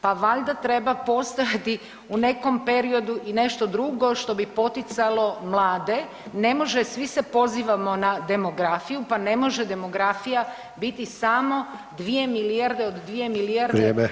Pa valjda treba postojati u nekom periodu i nešto drugo što bi poticalo mlade, ne može svi se pozivamo na demografiju, pa ne može demografija biti samo 2 milijarde, od 2 milijarde